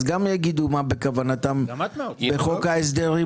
אז שיגידו גם מה בכוונתם לעשות בתחום בחוק ההסדרים,